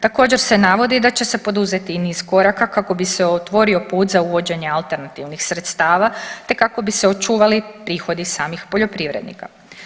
Također se navodi da će se poduzeti i niz koraka kako bi se otvorio put za uvođenje alternativnih sredstava, te kako bi se očuvali prihodi samih poljoprivrednika.